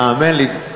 והאמן לי,